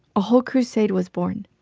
a whole crusade was born.